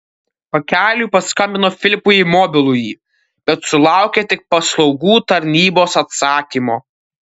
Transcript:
pakeliui paskambino filipui į mobilųjį bet sulaukė tik paslaugų tarnybos atsakymo